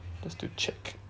just to check